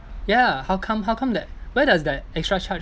ya how come how come that where does that extra charge